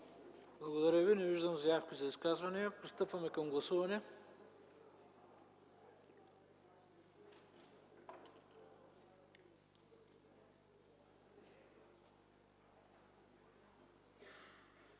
Благодаря Ви. Не виждам заявки за изказване. Пристъпваме към гласуване.